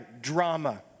drama